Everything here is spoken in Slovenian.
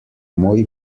moj